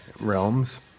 realms